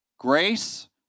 Grace